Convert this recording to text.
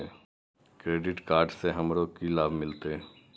Credit card से हमरो की लाभ मिलते?